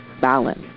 balance